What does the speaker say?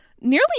nearly